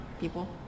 people